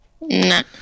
Nah